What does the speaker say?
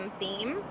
theme